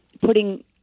putting